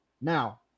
Now